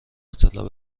اطلاع